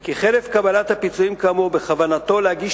כי חלף קבלת פיצויים כאמור בכוונתו להגיש